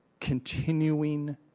continuing